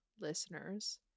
listeners